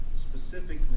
specifically